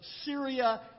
Syria